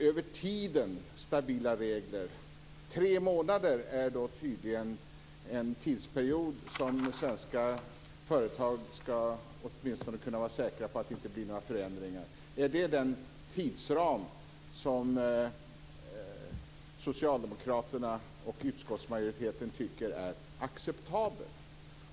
Över tiden stabila regler - tre månader är då tydligen en tidsperiod under vilken svenska företag åtminstone skall kunna vara säkra på att det inte blir några förändringar. Är det den tidsram som socialdemokraterna och utskottsmajoriteten tycker är acceptabel?